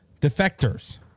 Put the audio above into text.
defectors